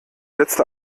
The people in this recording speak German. letzte